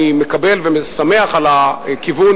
אני מקבל, ושמח על הכיוון